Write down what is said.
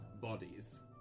bodies